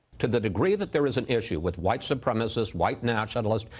to the degree that there is an issue with white supremacist, white nationalist,